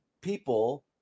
people